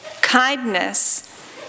kindness